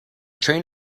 train